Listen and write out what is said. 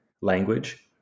language